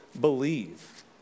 believe